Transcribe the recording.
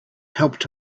helped